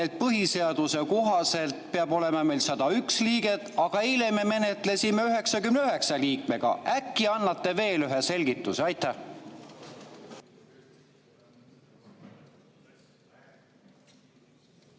Põhiseaduse kohaselt peab olema 101 liiget, aga eile me menetlesime 99 liikmega. Äkki annate veel ühe selgituse? Aitäh,